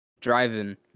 driving